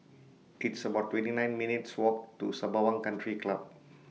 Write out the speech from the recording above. It's about twenty nine minutes' Walk to Sembawang Country Club